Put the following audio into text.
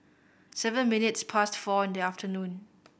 seven minutes past four in the afternoon